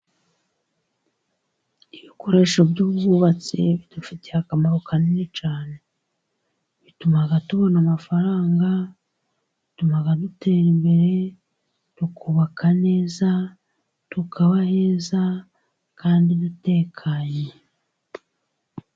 Ibikoresho by'ubwubatsi bidufitiye akamaro kanini cyane, bituma tubona amafaranga, bituma dutera imbere tukubaka neza, tukaba heza kandi dutekanye.